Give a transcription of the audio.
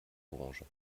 branche